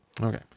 Okay